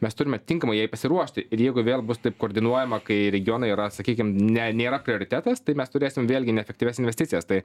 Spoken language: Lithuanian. mes turime tinkamai jai pasiruošti ir jeigu vėl bus taip koordinuojama kai regionai yra sakykim ne nėra prioritetas tai mes turėsim vėlgi neefektyvias investicijas tai